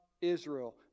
Israel